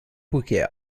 poker